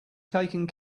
taken